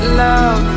love